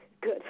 good